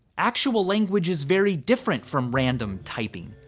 actual language is very different from random typing.